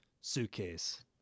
suitcase